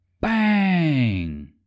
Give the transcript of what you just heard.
bang